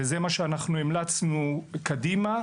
וזה מה שאנחנו המלצנו קדימה.